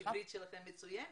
העברית שלכם מצוין.